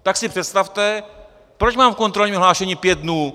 Tak si představte, proč mám u kontrolního hlášení pět dnů?